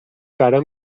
برام